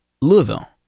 Louisville